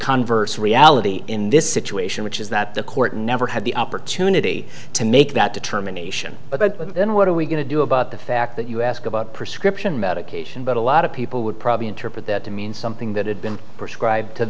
converse reality in this situation which is that the court never had the opportunity to make that determination but then what are we going to do about the fact that you ask about prescription medication but a lot of people would probably interpret that to mean something that had been prescribed to